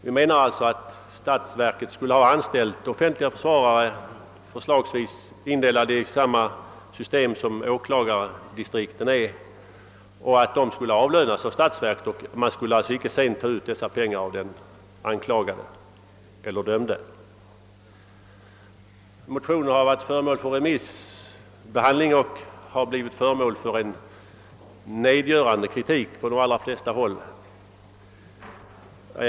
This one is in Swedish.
Vi menar alltså att statsverket borde anställa offentliga försvarare, förslagsvis indelade efter samma system som åklagardistrikten. Dessa försvarare skulle avlönas av statsverket, och man skulle sedan inte ta ut några pengar av den anklagade eller dömde. Motionen har remissbehandlats och blivit föremål för en nedgörande kritik från de allra flesta håll.